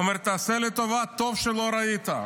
הוא אמר: תעשה לי טובה, טוב שלא ראית.